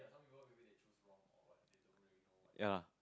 ya